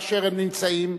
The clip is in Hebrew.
באשר הם נמצאים,